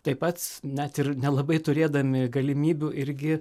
taip pats net ir nelabai turėdami galimybių irgi